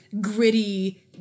gritty